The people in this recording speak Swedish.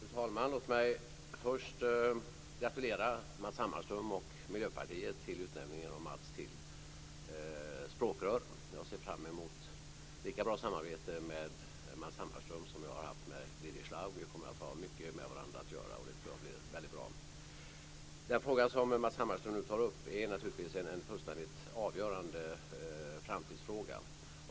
Fru talman! Låt mig först gratulera Matz Hammarström och Miljöpartiet till utnämningen av Matz till språkrör. Jag ser fram emot lika bra samarbete med Matz Hammarström som jag har haft med Birger Schlaug. Vi kommer att ha mycket med varandra att göra, och jag tror att det blir väldigt bra. Den fråga som Matz Hammarström tar upp är naturligtvis en fullständigt avgörande framtidsfråga.